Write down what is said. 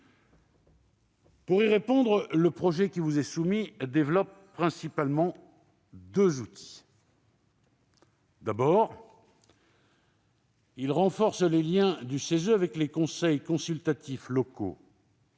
Pour y répondre, le projet qui vous est soumis développe principalement deux outils. D'abord, il renforce les liens du CESE avec les conseils consultatifs locaux.